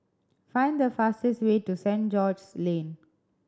find the fastest way to Saint George's Lane